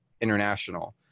international